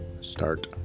Start